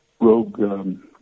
Rogue